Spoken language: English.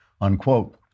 unquote